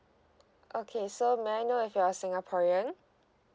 okay so may I know if you're singaporean